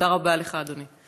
תודה רבה לך, אדוני.